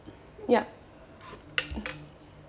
yup